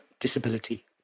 disability